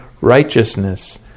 righteousness